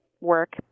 work